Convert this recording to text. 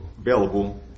available